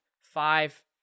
five